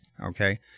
okay